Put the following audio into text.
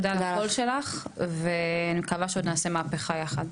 תודה על הקול שלך ואני מקווה שעוד נעשה מהפכה יחד.